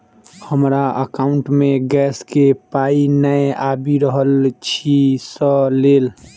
हमरा एकाउंट मे गैस केँ पाई नै आबि रहल छी सँ लेल?